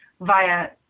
via